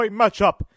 matchup